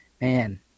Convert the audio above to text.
Man